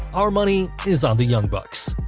our money is on the young bucks.